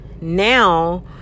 now